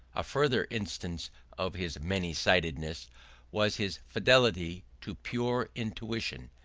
a further instance of his many-sidedness was his fidelity to pure intuition,